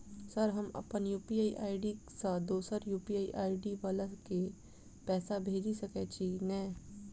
Sir हम अप्पन UPI ID सँ दोसर यु.पी.आई आई.डी वला केँ पैसा भेजि सकै छी नै?